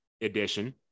edition